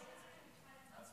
נעבור עתה